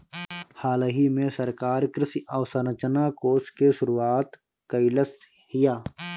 हालही में सरकार कृषि अवसंरचना कोष के शुरुआत कइलस हियअ